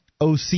OC